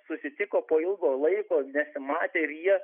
susitiko po ilgo laiko nesimatę ir jie